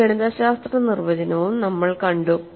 ഒരു ഗണിതശാസ്ത്ര നിർവചനവും നമ്മൾ കണ്ടു